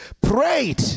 prayed